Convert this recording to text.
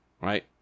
right